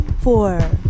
four